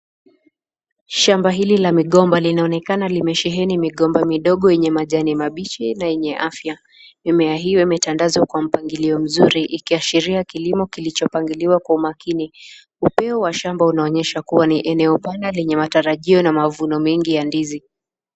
Shamba hili la migomba linaonekana limesheheni migomba midogo yenye majani mabichi na yenye afya. Mimea hii imetandazwa kwa mpangilio mzuri ikiashiria kilimo kilicho pangiliwa kwa makini, upeo wa shamba unaonyesha kuwa ni eneo pana yenye matarajio na mavuno mengi ya ndizi.